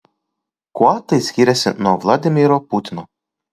kuo tai skiriasi nuo vladimiro putino